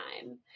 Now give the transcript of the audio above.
time